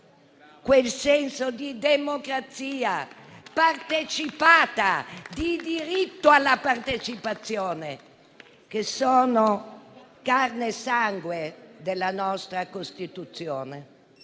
quel senso di democrazia partecipata, di diritto alla partecipazione, che sono carne e sangue della nostra Costituzione.